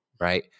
right